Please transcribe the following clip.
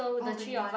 uh twenty one